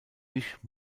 nicht